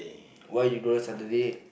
why you don't like Saturday